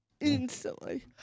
instantly